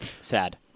Sad